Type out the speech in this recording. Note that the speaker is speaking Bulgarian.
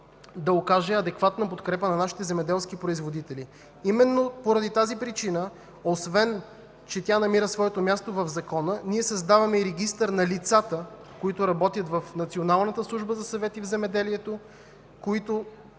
да окаже адекватна подкрепа на нашите земеделски производители. Именно поради тази причина, освен че тя намира своето място в закона, ние създаваме и регистър на лицата, които работят в Националната служба за съвети в земеделието, които,